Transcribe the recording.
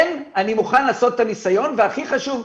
כן, אני מוכן לעשות את הניסיון, והכי חשוב,